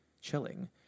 chilling